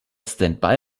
standby